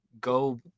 go